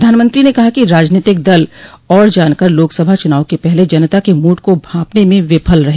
प्रधानमंत्री ने कहा कि राजनीतिक दल और जानकार लोकसभा चुनाव के पहले जनता के मूड को भांपने में विफल रहे